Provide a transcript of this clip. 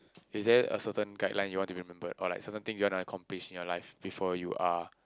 is there a certain guideline you want to be remembered or like certain things you like want to accomplish in your life before you are